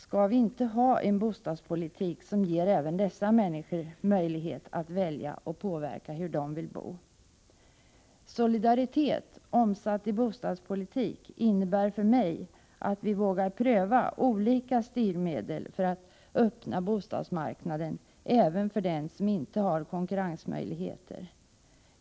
Skall vi inte ha en bostadspolitik som ger även dessa människor möjlighet att välja och påverka hur de vill bo? Solidaritet omsatt i bostadspolitik innebär för mig att vi vågar pröva olika styrmedel för att öppna bostadsmarknaden även för dem som inte har konkurrensmöjligheter.